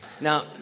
Now